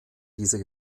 dieser